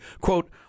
Quote